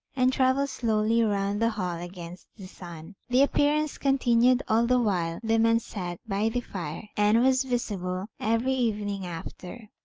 and travel slowly round the hall against the sun. the appear ance continued all the while the men sat by the fire, and was visible every evening after.